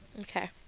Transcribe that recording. okay